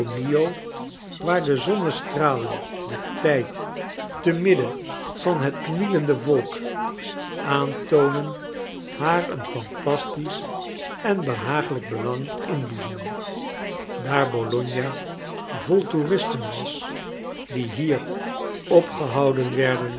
waar de zonnestralen den tijd te midden vanhetknielende volk aantoonen haar een fantastisch en behaaglijk belang doen inboezemen daar bologna vol toeristen was die hier opgehouden werden